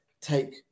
take